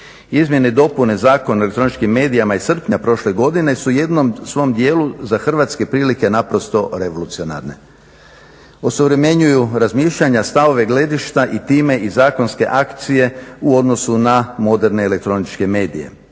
Izmjene i dopune Zakona o elektroničkim medijima iz srpnja od prošle godine su jednom svom djelu za Hrvatske prilike naprosto revolucionarne, osuvremenjuju razmišljanja, stavove, gledišta i time i zakonske akcije u odnosu na moderne elektroničke medije,